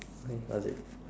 okay got it